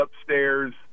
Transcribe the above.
upstairs